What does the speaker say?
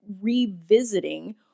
revisiting